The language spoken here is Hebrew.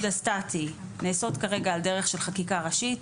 הסטטי נעשות כרגע על דרך של חקיקה ראשית,